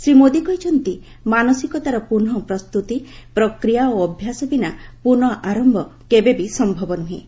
ଶ୍ରୀ ମୋଦି କହିଛନ୍ତି ମାନସିକତାର ପୁନଃପ୍ରସ୍ତୁତି ପ୍ରକ୍ରିୟା ଓ ଅଭ୍ୟାସ ବିନା ପୁନଃଆରମ୍ଭ କେବେବି ସମ୍ଭବ ନୁହେଁ